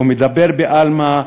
הוא מדבר בעלמא,